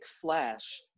flash